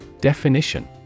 Definition